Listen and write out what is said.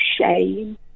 shame